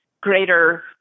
greater